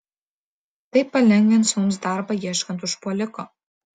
tai palengvins mums darbą ieškant užpuoliko